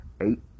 eight